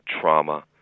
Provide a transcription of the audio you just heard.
trauma